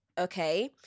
Okay